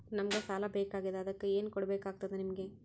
ನಮಗ ಸಾಲ ಬೇಕಾಗ್ಯದ ಅದಕ್ಕ ಏನು ಕೊಡಬೇಕಾಗ್ತದ ನಿಮಗೆ?